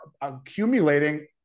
accumulating